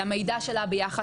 למידע שלה ביחס